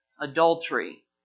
adultery